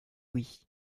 oui